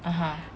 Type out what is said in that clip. (uh huh)